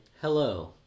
Hello